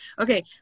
okay